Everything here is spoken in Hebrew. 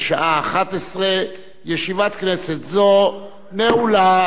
בשעה 11:00. ישיבת כנסת זו נעולה.